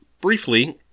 Briefly